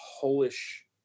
Polish